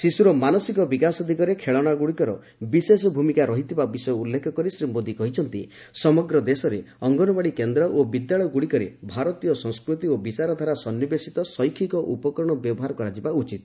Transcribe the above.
ଶିଶ୍ୱର ମାନସିକ ବିକାଶ ଦିଗରେ ଖେଳଣାଗ୍ରଡ଼ିକର ବିଶେଷ ଭୂମିକା ରହିଥିବା ବିଷୟ ଉଲ୍ଲେଖ କରି ଶ୍ରୀ ମୋଦି କହିଛନ୍ତି ସମଗ୍ର ଦେଶରେ ଅଙ୍ଗନୱାଡ଼ି କେନ୍ଦ୍ର ଓ ବିଦ୍ୟାଳୟଗୁଡ଼ିକରେ ଭାରତୀୟ ସଂସ୍କୃତି ଓ ବିଚାରଧାରା ସନ୍ତିବେଶିତ ଶୈକ୍ଷିକ ଉପକରଣ ବ୍ୟବହାର କରାଯିବା ଉଚିତ